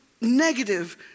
negative